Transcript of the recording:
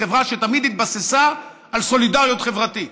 חברה שתמיד התבססה על סולידריות חברתית,